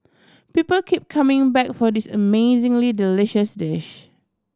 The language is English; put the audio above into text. people keep coming back for this amazingly delicious dish